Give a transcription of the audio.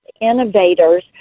innovators